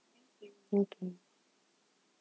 okay